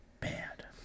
bad